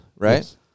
Right